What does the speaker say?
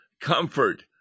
Comfort